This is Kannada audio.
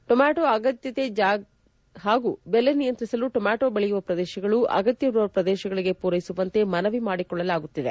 ಟೊಮ್ಬಾಟೋ ಅಗತ್ಕತೆ ಹಾಗೂ ಬೆಲೆ ನಿಯಂತ್ರಿಸಲು ಟೊಮ್ಮಟೋ ಬೆಳೆಯುವ ಪ್ರದೇಶಗಳು ಅಗತ್ಕವಿರುವ ಪ್ರದೇಶಗಳಿಗೆ ಪೂರೈಸುವಂತೆ ಮನವಿ ಮಾಡಿಕೊಳ್ಳಲಾಗಿದೆ